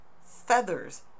feathers